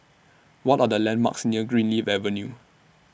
What Are The landmarks near Greenleaf Avenue